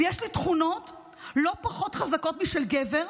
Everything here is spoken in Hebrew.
ויש לי תכונות לא פחות חזקות משל גבר.